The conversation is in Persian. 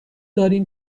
داریم